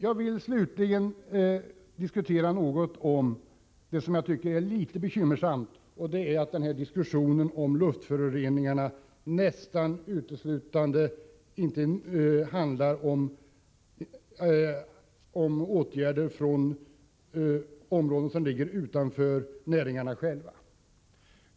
Jag vill slutligen ta upp en sak som jag anser är litet bekymmersam, nämligen att diskussionen om luftföroreningar nästan uteslutande handlar om åtgärder från områden som ligger utanför näringarna själva.